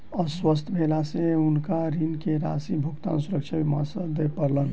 अस्वस्थ भेला से हुनका ऋण के राशि भुगतान सुरक्षा बीमा से दिय पड़लैन